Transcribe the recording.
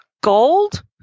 Gold